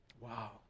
Wow